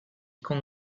con